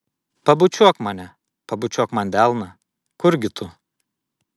pabučiuok mane pabučiuok man delną kurgi tu